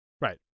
right